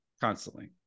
constantly